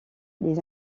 les